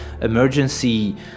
emergency